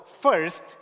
first